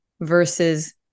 versus